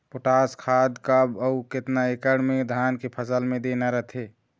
Potash खाद कब अऊ केतना एकड़ मे धान के फसल मे देना रथे?